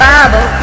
Bible